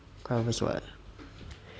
quite obvious [what]